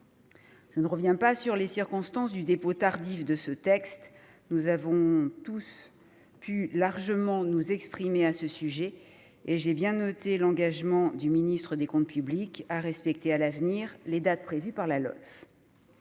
Je ne reviens pas sur les circonstances de son dépôt tardif. Nous avons tous pu largement nous exprimer à ce sujet, et j'ai bien noté l'engagement du ministre des comptes publics à respecter à l'avenir les dates prévues par la LOLF.